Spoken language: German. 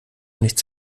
nichts